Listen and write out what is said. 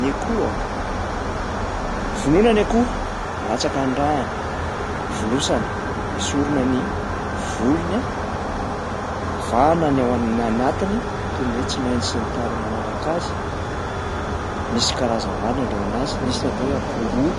Ny akohako, vonona ny akoho, alatsaka ny ràny, volosana, esorina ny volony a, avahana ny ao an- ny anatiny toy ny hoe tsinainy sy ny tariny manaraka azy. Misy karazany maro ny andrahoina azy, misy ny atao hoe akoho rony